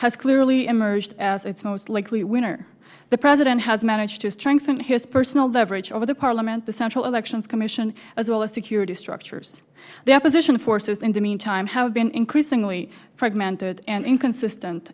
has clearly emerged as its most likely winner the president has managed to strengthen his personal leverage over the parliament the central elections commission as well as security structures the opposite forces in the meantime have been increasingly fragmented and inconsistent